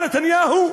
בא נתניהו,